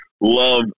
love